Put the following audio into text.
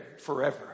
forever